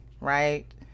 right